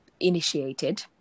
initiated